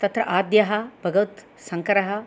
तत्र आद्यः भगवत् शङ्करः